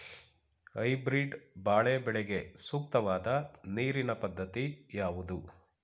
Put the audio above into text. Hybrid ಬಾಳೆ ಬೆಳೆಗೆ ಸೂಕ್ತವಾದ ನೀರಿನ ಪದ್ಧತಿ ಯಾವುದು?